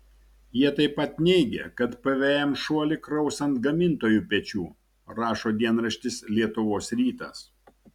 jie taip pat neigia kad pvm šuolį kraus ant gamintojų pečių rašo dienraštis lietuvos rytas